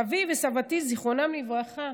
סבי וסבתי זיכרונם לברכה